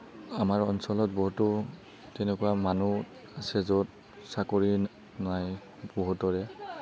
আমাৰ অঞ্চলত বহুতো তেনেকুৱা মানুহ আছে য'ত চাকৰি নাই বহুতৰে